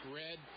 red